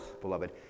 beloved